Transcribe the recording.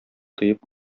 тоеп